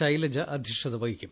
Shailaja അധ്യക്ഷതവഹിക്കും